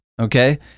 Okay